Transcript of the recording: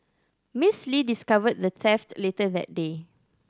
Miss Lee discovered the theft later that day